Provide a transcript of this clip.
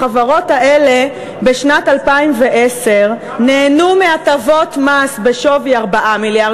החברות האלה בשנת 2010 נהנו מהטבות מס בשווי 4 מיליארד